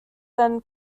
than